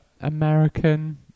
American